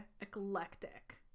eclectic